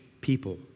people